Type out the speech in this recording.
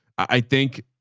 i think,